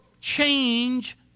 change